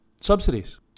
subsidies